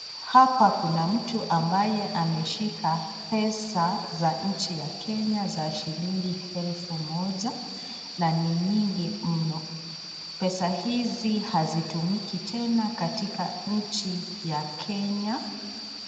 Hapa kuna mtu ambaye ameshika pesa za nchi ya kenya za shilingi helfu moja, na ni nyingi mno, pesa hizi hazitumiki tena katika nchi ya kenya,